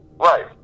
Right